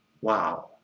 Wow